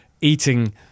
eating